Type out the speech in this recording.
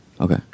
Okay